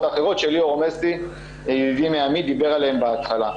האחרות שליאור עומסי מאמי"ת דיבר עליהם בהתחלה.